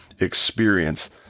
experience